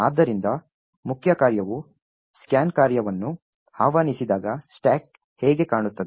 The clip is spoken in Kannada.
ಆದ್ದರಿಂದ ಮುಖ್ಯ ಕಾರ್ಯವು ಸ್ಕ್ಯಾನ್ ಕಾರ್ಯವನ್ನು ಆಹ್ವಾನಿಸಿದಾಗ ಸ್ಟಾಕ್ ಹೇಗೆ ಕಾಣುತ್ತದೆ